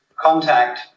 contact